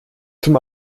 zum